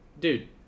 dude